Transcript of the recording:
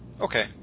Okay